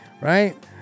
right